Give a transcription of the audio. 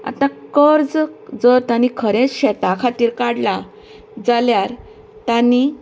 आतां कर्ज जर तांणी शेतां खातीर काडला जाल्यार तांणी